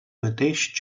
mateix